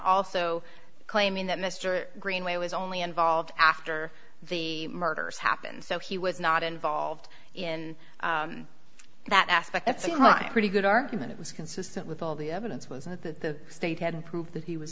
also claiming that mr greenway was only involved after the murders happened so he was not involved in that aspect at some time pretty good argument it was consistent with all the evidence was in the state had proved that he was